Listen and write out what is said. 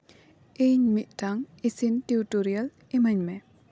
ᱤᱧ ᱢᱤᱫᱴᱟᱝ ᱤᱥᱤᱱ ᱴᱤᱭᱩᱴᱳᱨᱤᱭᱟᱞ ᱤᱢᱟᱹᱧ ᱢᱮ